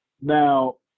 Now